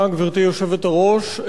גברתי היושבת-ראש,